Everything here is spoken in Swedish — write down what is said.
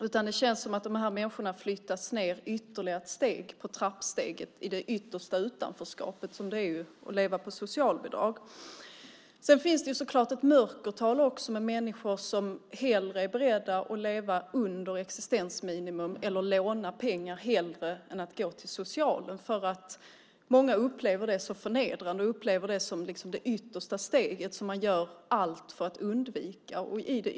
Det känns som att de här människorna flyttas ned ytterligare ett trappsteg till det yttersta utanförskapet, som det är att leva på socialbidrag. Sedan finns det så klart ett mörkertal med människor som är beredda att leva under existensminimum eller att låna pengar hellre än att gå till socialen. Många upplever det som så förnedrande och som det yttersta steget. Man gör allt för att undvika det.